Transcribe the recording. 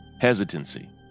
hesitancy